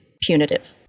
punitive